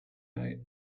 night